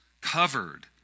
covered